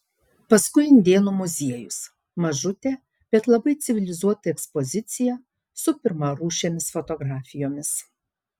paskui indėnų muziejus mažutė bet labai civilizuota ekspozicija su pirmarūšėmis fotografijomis